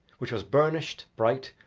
which was burnished, bright,